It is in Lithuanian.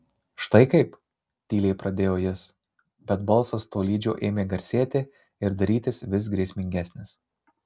štai kaip tyliai pradėjo jis bet balsas tolydžio ėmė garsėti ir darytis vis grėsmingesnis